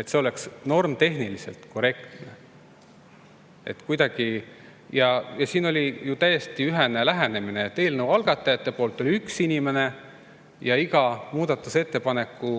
et need oleks normitehniliselt korrektsed. Siin oli ju täiesti ühene lähenemine, et eelnõu algatajate poolt oli üks inimene ja iga muudatusettepaneku